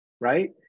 Right